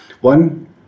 One